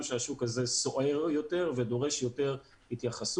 שהשוק הזה סוער יותר ודורש יותר התייחסות.